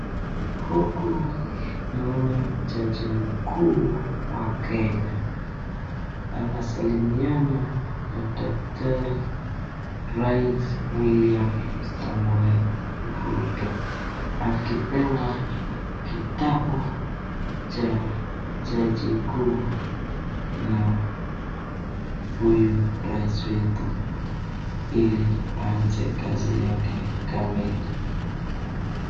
Huku naona jaji mkuu wa Kenya anasalimiana na daktari Rais William Samoei Ruto akipewa kitabu cha jaji kuu na huyu raisi wetu ili aanze kazi yake kamili.